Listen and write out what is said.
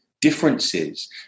differences